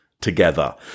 together